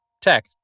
tech